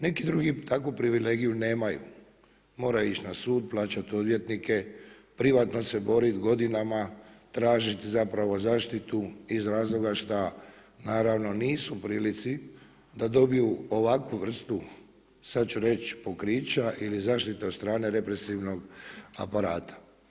Neki drugi takvu privilegiju nemaju, moraju ići na sud, plaćati odvjetnike, privatno se boriti godinama, tražiti zapravo zaštitu iz razloga šta naravno, nisu u prilici da dobiju ovakvu vrstu sad ću reći, pokrića ili zaštite od strane represivnog aparata.